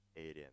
area